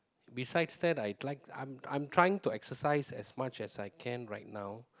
besides that I'd like I I'm trying to exercise as much as I can right now